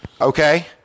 Okay